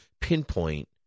pinpoint